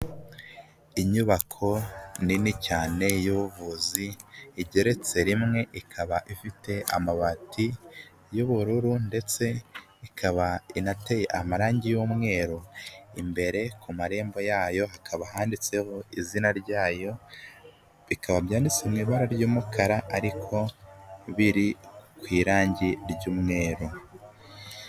Inyubako nini cyane y'ubuvuzi igeretse rimwe, ikaba ifite amabati y'ubururu ndetse ikaba inateye amarangi y'umweru, imbere ku marembo yayo hakaba handitseho izina ryayo bikaba byanditswe ibara ry'umukara ariko biri ku irangi ry'umweru.